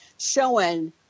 showing